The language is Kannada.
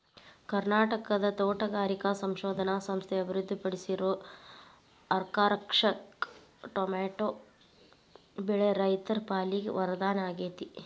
ಕರ್ನಾಟಕದ ತೋಟಗಾರಿಕಾ ಸಂಶೋಧನಾ ಸಂಸ್ಥೆ ಅಭಿವೃದ್ಧಿಪಡಿಸಿರೋ ಅರ್ಕಾರಕ್ಷಕ್ ಟೊಮೆಟೊ ಬೆಳೆ ರೈತರ ಪಾಲಿಗೆ ವರದಾನ ಆಗೇತಿ